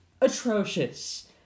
atrocious